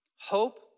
hope